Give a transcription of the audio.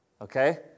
Okay